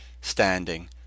standing